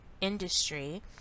industry